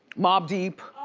mobb deep.